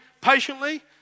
patiently